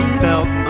felt